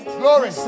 glory